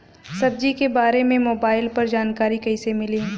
सब्जी के बारे मे मोबाइल पर जानकारी कईसे मिली?